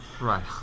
Right